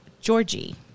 Georgie